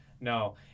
No